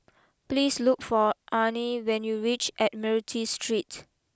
please look for Arne when you reach Admiralty Street